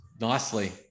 nicely